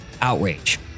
outrage